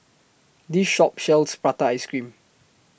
This Shop sells Prata Ice Cream